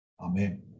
Amen